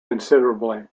considerably